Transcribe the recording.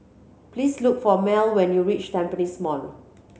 please look for Mell when you reach Tampines Mall